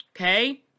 okay